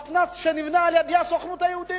מתנ"ס שנבנה על-ידי הסוכנות היהודית,